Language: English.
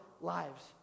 lives